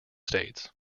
states